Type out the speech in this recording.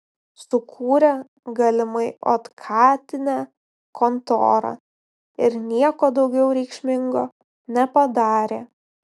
sukūrė galimai otkatinę kontorą ir nieko daugiau reikšmingo nepadarė